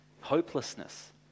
hopelessness